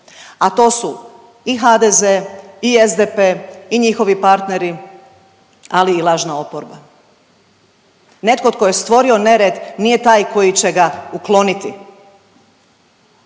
a to su i HDZ i SDP i njihovi partneri, ali i lažna oporba. Netko tko je stvorio nered nije taj koji će ga ukloniti.